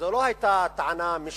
זו לא היתה טענה משנית,